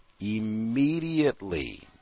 immediately